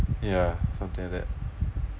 ya something like that